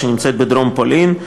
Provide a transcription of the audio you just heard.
שנמצאת בדרום פולין.